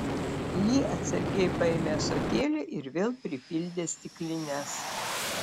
li atsargiai paėmė ąsotėlį ir vėl pripildė stiklines